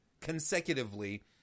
consecutively